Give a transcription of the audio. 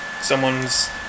someone's